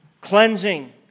cleansing